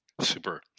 super